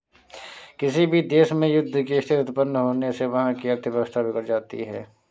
किसी भी देश में युद्ध की स्थिति उत्पन्न होने से वहाँ की अर्थव्यवस्था बिगड़ जाती है